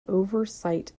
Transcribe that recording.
oversight